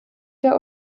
der